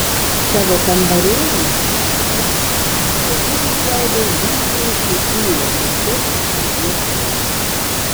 savo kambarėlį mato bute iš pradžių užleidau jųdviejų su ūla mintims apie kūdikį